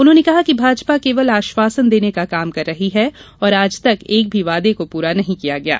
उन्होंने कहा कि भाजपा केवल आश्वासन देने का काम कर रही है और आज तक एक भी वादे को पूरा नहीं किया है